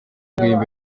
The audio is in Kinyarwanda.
guhimba